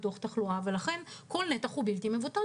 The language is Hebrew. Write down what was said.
ולכן כל נתח הוא בלתי מבוטל.